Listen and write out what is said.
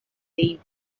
debut